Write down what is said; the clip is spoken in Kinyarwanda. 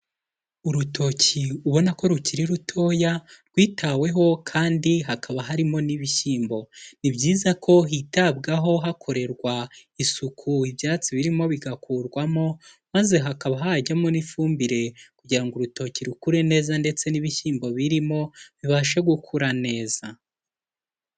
Urutoki ubona ko rukiri rutoya, rwitaweho kandi hakaba harimo n'ibishyimbo, ni byiza ko hitabwaho hakorerwa isuku ibyatsi birimo bigakurwamo, maze hakaba hajyamo n'ifumbire kugira ngo urutoki rukure neza, ndetse n'ibishyimbo birimo bibashe gukura neza.